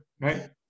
right